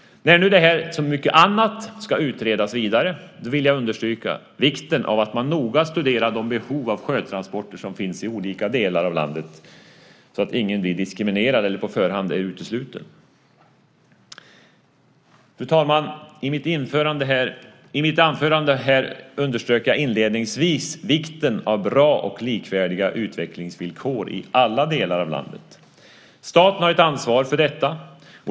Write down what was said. När nu detta liksom mycket annat ska utredas vidare vill jag understryka vikten av att man noga studerar de behov av sjötransporter som finns i olika delar av landet så att ingen blir diskriminerad eller på förhand är utesluten. Fru talman! Inledningsvis i detta anförande underströk jag vikten av bra och likvärdiga utvecklingsvillkor i alla delar av landet. Staten har ett ansvar för detta.